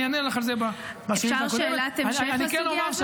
אני אענה לך על זה בשאילתה הבאה -- אפשר שאלת המשך בסוגיה הזו?